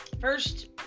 first